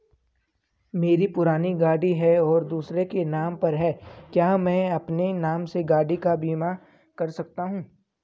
मेरी पुरानी गाड़ी है और दूसरे के नाम पर है क्या मैं अपने नाम से गाड़ी का बीमा कर सकता हूँ?